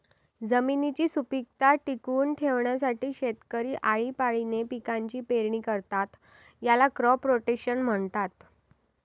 जमिनीची सुपीकता टिकवून ठेवण्यासाठी शेतकरी आळीपाळीने पिकांची पेरणी करतात, याला क्रॉप रोटेशन म्हणतात